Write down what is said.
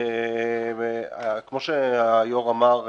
כפי שיושב-ראש התאגיד אמר,